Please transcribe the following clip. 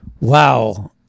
Wow